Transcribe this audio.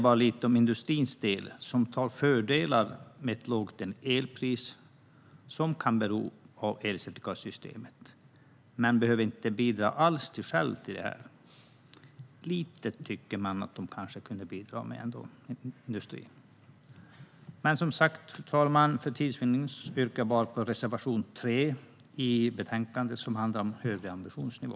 Bara lite om industrins del. Industrin drar fördel av ett lågt elpris som kan bero på elcertifikatssystemet men behöver själv inte bidra alls till detta. Lite tycker man att industrin kanske kunde bidra med. För tids vinnande, fru talman, yrkar jag bifall endast till reservation 3 i betänkandet, som handlar om högre ambitionsnivå.